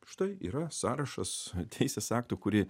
štai yra sąrašas teisės aktų kuri